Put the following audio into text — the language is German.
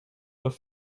doch